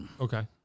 Okay